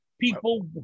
People